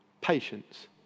Patience